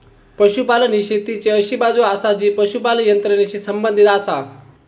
पशुपालन ही शेतीची अशी बाजू आसा जी पशुपालन यंत्रणेशी संबंधित आसा